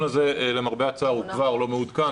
הזה למרבה הצער הוא כבר לא מעודכן,